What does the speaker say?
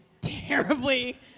terribly